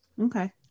Okay